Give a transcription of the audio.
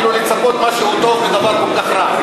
כאילו לצפות למשהו טוב בדבר כל כך רע.